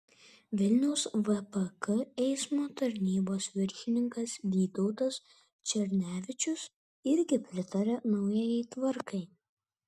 vilniaus vpk eismo tarnybos viršininkas vytautas černevičius irgi pritaria naujajai tvarkai